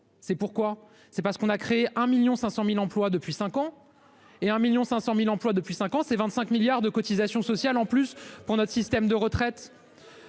C'est pourquoi c'est pas ce qu'on a créé 1.500.000 emplois depuis 5 ans et 1.500.000 emplois depuis 5 ans, c'est 25 milliards de cotisations sociales en plus pour notre système de retraite.